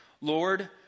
Lord